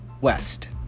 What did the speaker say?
West